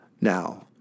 now